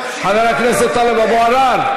חבר הכנסת טלב אבו עראר,